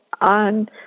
on